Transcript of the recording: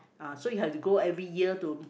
uh so you have to go every year to